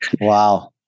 wow